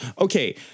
Okay